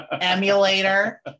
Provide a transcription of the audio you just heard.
Emulator